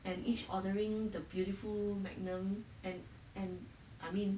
and each ordering the beautiful magnum and and I mean